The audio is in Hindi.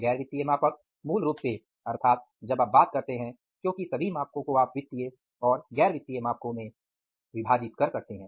गैर वित्तीय मापक मूल रूप से अर्थात जब आप बात करते हैं क्योंकि सभी मापकों को आप वित्तीय और गैर वित्तीय में विभाजित कर सकते हैं